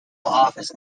office